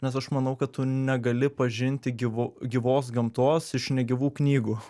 nes aš manau kad tu negali pažinti gyvo gyvos gamtos iš negyvų knygų